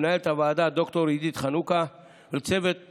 למנהלת הוועדה ד"ר עידית חנוכה ולצוותה,